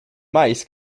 mice